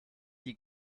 die